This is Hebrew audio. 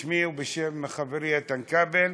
בשמי ובשם חברי איתן כבל,